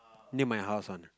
near my house one